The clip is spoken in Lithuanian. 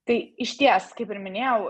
tai išties kaip ir minėjau